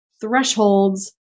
thresholds